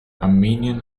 armenian